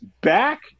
back